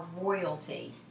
royalty